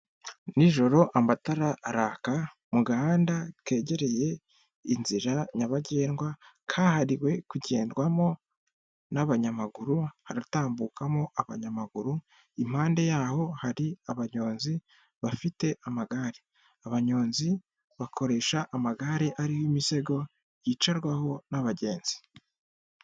Ni joro amatara araka mu gahanda kegereye inzira nyabagendwa kahariwe kugendwamo n'abanyamaguru haratambukamo abanyamaguru, impande yaho hari abanyonzi bafite amagare. Abanyonzi bakoresha amagare ariho imisego yicarwaho n'abagenzi.